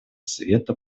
совета